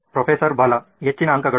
professor Bala ಹೆಚ್ಚಿನ ಅಂಕಗಳು